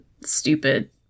stupid